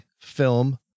film